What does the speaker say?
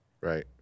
right